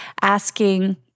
asking